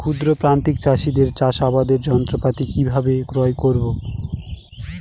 ক্ষুদ্র প্রান্তিক চাষীদের চাষাবাদের যন্ত্রপাতি কিভাবে ক্রয় করব?